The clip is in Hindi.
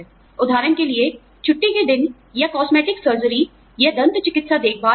उदाहरण के लिए छुट्टी के दिन या कॉस्मेटिक सर्जरी या दंत चिकित्सा देखभाल आदि